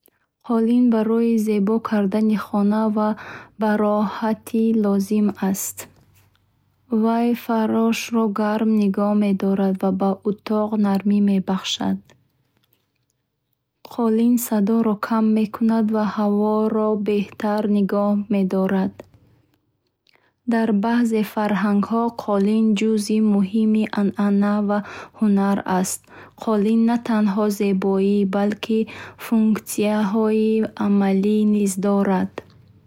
Колин барои зебо кардани хона ва бароҳатӣ лозим аст. Вай фаршро гарм нигоҳ медорад ва ба утоқ нармӣ мебахшад. Колин садоро кам мекунад ва ҳаворо беҳтар нигоҳ медорад. Дар баъзе фарҳангҳо ковёр ҷузъи муҳими анъана ва ҳунар аст. Колин на танҳо зебоӣ балки функсияҳои амалӣ низ дорад.